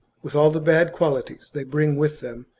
with all the bad qualities they bring with them,